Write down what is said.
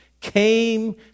came